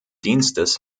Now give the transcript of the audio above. dienstes